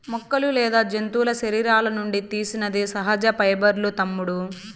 మొక్కలు లేదా జంతువుల శరీరాల నుండి తీసినది సహజ పైబర్లూ తమ్ముడూ